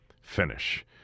finish